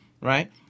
right